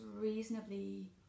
reasonably